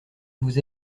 vous